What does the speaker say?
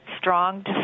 strong